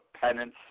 penance